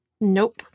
Nope